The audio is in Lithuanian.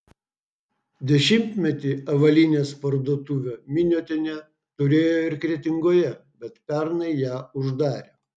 dešimtmetį avalynės parduotuvę miniotienė turėjo ir kretingoje bet pernai ją uždarė